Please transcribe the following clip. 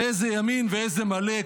איזה ימין ואיזה מלא.